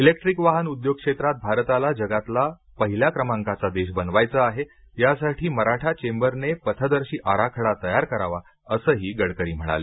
electric वाहन उद्योग क्षेत्रात भारताला जगातला पहिल्या क्रमांकाचा देश बनवायचं आहे यासाठी मराठा चेम्बरने पथदर्शी आराखडा तयार करावा असंही गडकरी म्हणाले